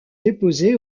déposées